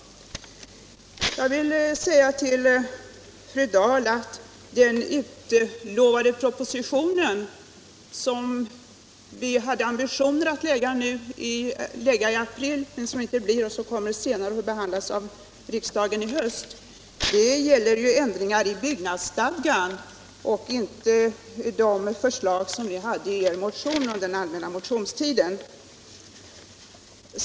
Jag vill säga till fru Dahl att den utlovade propositionen, som vi hade ambitionen att framlägga i april men som nu kommer senare och får behandlas av riksdagen i höst, gäller ändringar i byggnadsstadgan och inte de förslag som ni förde fram i den motion som ni väckte under den allmänna motionstiden.